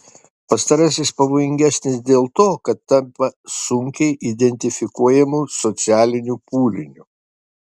pastarasis pavojingesnis dėl to kad tampa sunkiai identifikuojamu socialiniu pūliniu